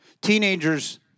Teenagers